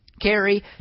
Carry